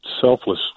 selfless